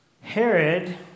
Herod